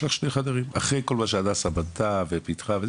שני חדרים אחרי כל מה שהדסה בנתה ופיתחה.